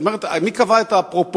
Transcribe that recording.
זאת אומרת, מי קבע את הפרופורציה?